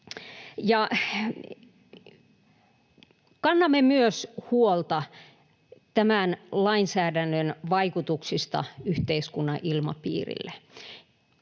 Kannamme huolta myös tämän lainsäädännön vaikutuksista yhteiskunnan ilmapiirille.